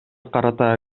карата